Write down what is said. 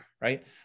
right